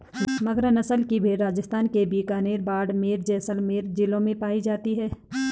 मगरा नस्ल की भेंड़ राजस्थान के बीकानेर, बाड़मेर, जैसलमेर जिलों में पाई जाती हैं